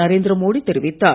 நரேந்திர மோடி தெரிவித்தார்